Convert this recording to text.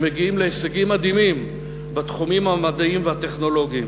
שמגיעים להישגים מדהימים בתחומים המדעיים והטכנולוגיים,